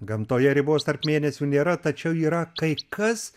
gamtoje ribos tarp mėnesių nėra tačiau yra kai kas